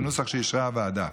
בנוסח שאישרה הוועדה.